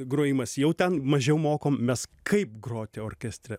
grojimas jau ten mažiau mokom mes kaip groti orkestre